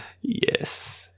Yes